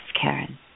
Karen